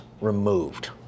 removed